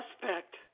suspect